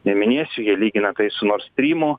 neminėsiu jie lygina tai su nord strymu